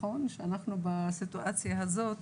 בסיטואציה הזאת,